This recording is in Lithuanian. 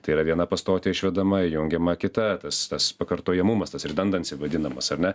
tai yra viena pastotė išvedama įjungiama kita tas tas pakartojamumas tas rydandansy vadinamas ar ne